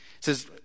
says